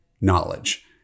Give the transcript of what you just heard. knowledge